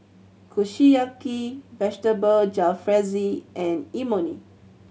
Kushiyaki Vegetable Jalfrezi and Imoni